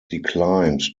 declined